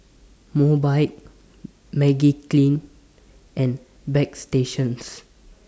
Mobike Magiclean and Bagstationz